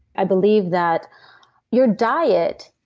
i believe that your diet,